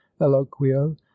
eloquio